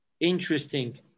Interesting